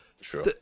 Sure